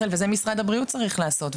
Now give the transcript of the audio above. משרד הבריאות צריך לעשות,